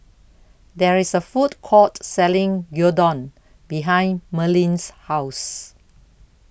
There IS A Food Court Selling Gyudon behind Merlene's House